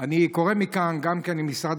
אני קורא מכאן גם למשרד